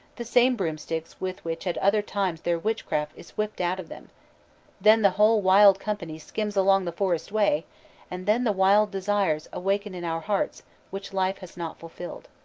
the same broomsticks with which at other times their witchcraft is whipped out of them then the whole wild company skims along the forest way and then the wild desires awaken in our hearts which life has not fulfilled.